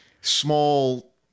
small